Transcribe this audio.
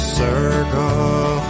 circle